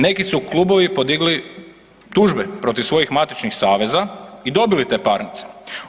Neki su klubovi podigli tužbe protiv svojih matičnih saveza i dobili te parnice.